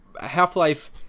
Half-Life